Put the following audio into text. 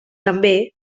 també